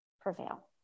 prevail